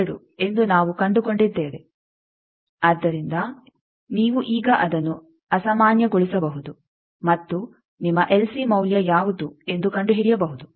2 ಎಂದು ನಾವು ಕಂಡುಕೊಂಡಿದ್ದೇವೆ ಆದ್ದರಿಂದ ನೀವು ಈಗ ಅದನ್ನು ಅಸಾಮಾನ್ಯಗೊಳಿಸಬಹುದು ಮತ್ತು ನಿಮ್ಮ ಎಲ್ಸಿ ಮೌಲ್ಯ ಯಾವುದು ಎಂದು ಕಂಡುಹಿಡಿಯಬಹುದು